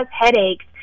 headaches